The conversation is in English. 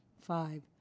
Five